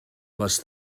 les